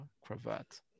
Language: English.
cravat